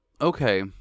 okay